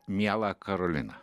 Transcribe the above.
miela karolina